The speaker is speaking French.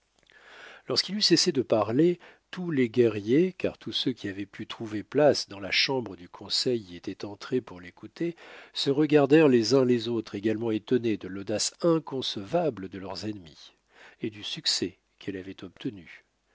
lorsqu'il eut cessé de parler tous les guerriers car tous ceux qui avaient pu trouver place dans la chambre du conseil y étaient entrés pour l'écouter se regardèrent les uns les autres également étonnés de l'audace inconcevable de leurs ennemis et du succès qu'elle avait obtenu